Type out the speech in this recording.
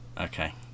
Okay